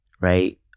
right